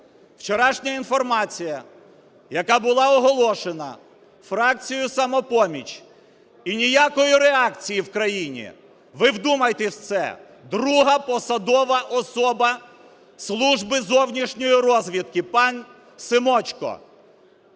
Вчорашня інформація, яка була оголошена фракцією "Самопоміч", – і ніякої реакції в країні. Ви вдумайтесь в це: друга посадова особа Служби зовнішньої розвідки пан Семочко